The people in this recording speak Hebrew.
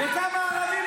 את יודעת מה ההבדל בינינו?